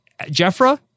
Jeffra